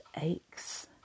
aches